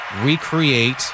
recreate